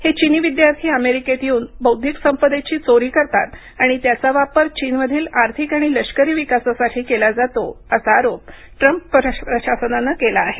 हे चीनी विद्यार्थी अमेरीकेत येऊन बौद्धिक संपदेची चोरी करतात आणि त्याचा वापर चीनमधील आर्थिक आणि लष्करी विकासासाठी केला जातो असा आरोप ट्रम्प प्रशासनानं केला आहे